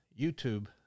YouTube